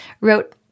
wrote